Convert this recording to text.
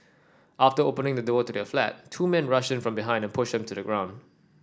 after opening the door to their flat two men rushed in from behind pushed them to the ground